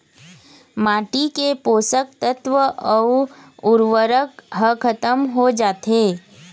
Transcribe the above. माटी के पोसक तत्व अउ उरवरक ह खतम हो जाथे